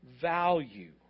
value